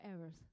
errors